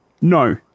No